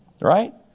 Right